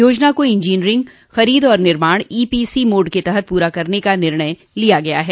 योजना को इंजीनियरिंग खरोद और निर्माण ईपीसी मोड के तहत पूरा करने का निर्णय लिया गया है